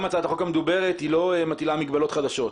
גם הצעת החוק המדוברת לא מטילה מגבלות חדשות.